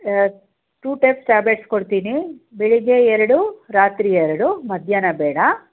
two types tablets ಕೊಡ್ತೀನಿ ಬೆಳಿಗ್ಗೆ ಎರಡು ರಾತ್ರಿ ಎರಡು ಮಧ್ಯಾಹ್ನ ಬೇಡ